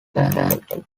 faculty